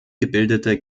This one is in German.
gebildete